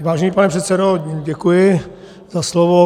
Vážený pane předsedo, děkuji za slovo.